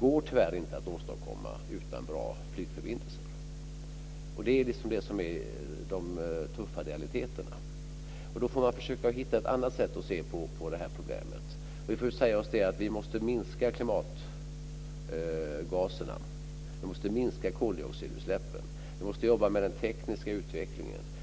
går det, tyvärr, inte att åstadkomma utan bra flygförbindelser. Det tillhör de tuffa realiteterna. Då får man försöka hitta ett annat sätt att se på problemet. Vi får säga oss att vi måste minska klimatgaserna. Vi måste minska koldioxidutsläppen och jobba med den tekniska utvecklingen.